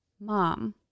mom